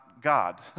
God